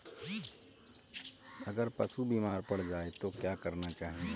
अगर पशु बीमार पड़ जाय तो क्या करना चाहिए?